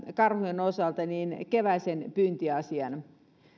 karhujen osalta otan esille tämän keväisen pyyntiasian